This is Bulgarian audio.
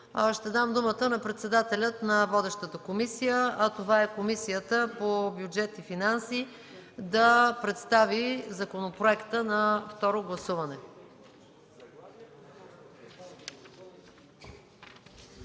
Давам думата на председателя на водещата комисия – Комисията по бюджет и финанси, да представи законопроекта на второ гласуване.